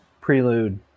prelude